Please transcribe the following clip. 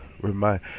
remind